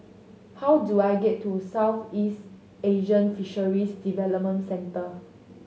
how do I get to Southeast Asian Fisheries Development Centre